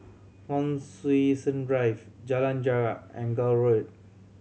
Hon Sui Sen Drive Jalan Jarak and Gul Road